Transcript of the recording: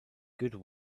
good